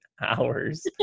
hours